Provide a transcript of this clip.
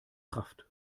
kraft